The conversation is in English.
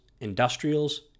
industrials